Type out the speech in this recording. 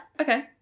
Okay